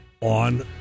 on